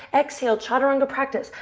exhale. chaturanga practice.